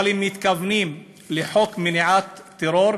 אבל אם מתכוונים לחוק מניעת טרור,